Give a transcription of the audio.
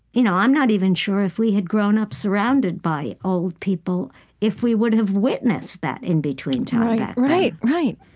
you know i'm not even sure if we had grown up surrounded by old people if we would have witnessed that in-between time back then right, right.